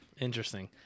Interesting